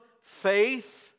faith